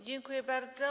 Dziękuję bardzo.